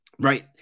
Right